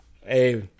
Hey